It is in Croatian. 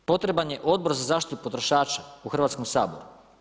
Potreban je Odbor za zaštitu potrošača u Hrvatskom saboru.